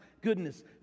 goodness